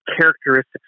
characteristics